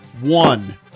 one